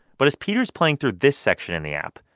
but as peter's playing through this section in the app,